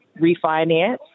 refinance